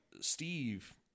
Steve